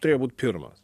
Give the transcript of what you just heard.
turėjo būt pirmas